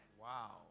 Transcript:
Wow